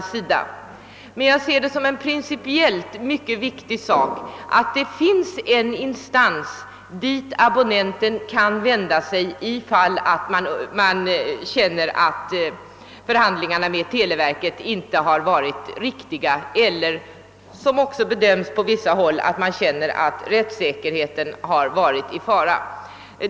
Jag ser det emellertid som en principiellt mycket viktig sak att det finns en instans dit abonnenten kan vända sig om han känner att förhandlingarna med televerket inte lett till positivt resultat eller om man — såsom det framhållits från vissa håll — känner att rättssäkerheten varit i fara.